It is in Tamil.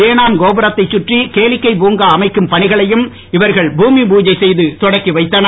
ஏனாம் கோபுரத்தை சுற்றி கேளிக்கை பூங்கா அமைக்கும் பணிகளையும் இவர்கள் பூமி பூஜை செய்து தொடக்கி வைத்தனர்